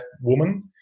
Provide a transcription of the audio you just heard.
woman